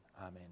Amen